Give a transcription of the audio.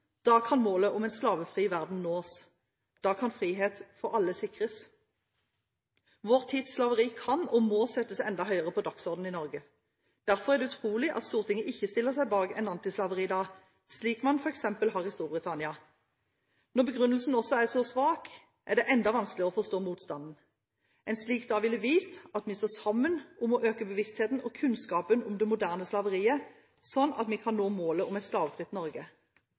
kan målet om en slavefri verden nås. Da kan frihet for alle sikres. Vår tids slaveri kan og må settes enda høyere på dagsordenen i Norge. Derfor er det utrolig at Stortinget ikke stiller seg bak en antislaveridag, slik man f.eks. har i Storbritannia. Når begrunnelsen også er så svak, er det enda vanskeligere å forstå motstanden. En slik dag ville ha vist at vi står sammen om å øke bevisstheten og kunnskapen om det moderne slaveriet, sånn at vi kan nå målet om et slavefritt Norge.